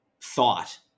thought